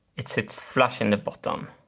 it sits flush in the bottom.